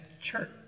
church